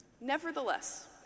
Nevertheless